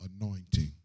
anointing